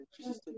Jesus